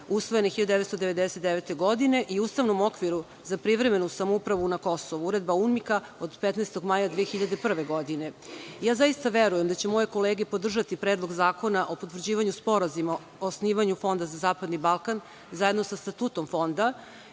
usvojene 1999. godine i ustavnom okviru za privremenu samoupravu na Kosovu, uredba UNMNIK od 15. maja 2001. godine. Zaista verujem da će moje kolege podržati Predlog zakona o potvrđivanju sporazuma o osnivanju Fonda za zapadni Balkan zajedno sa Statutom Fonda